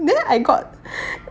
then I got